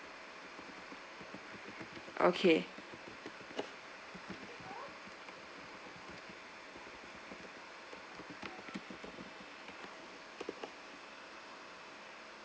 okay